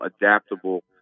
adaptable